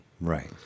Right